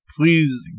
Please